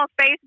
Facebook